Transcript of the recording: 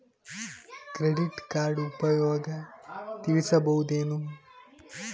Credit card ಉಪಯೋಗ ತಿಳಸಬಹುದೇನು?